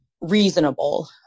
reasonable